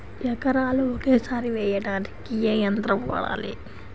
ఎకరాలు ఒకేసారి వేయడానికి ఏ యంత్రం వాడాలి?